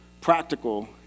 practical